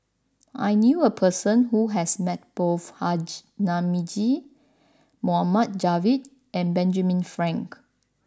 I knew a person who has met both Haji Namazie Mohd Javad and Benjamin Frank